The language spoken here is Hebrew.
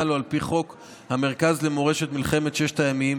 לו על פי חוק המרכז למורשת מלחמת ששת הימים,